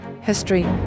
history